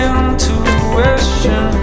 Intuition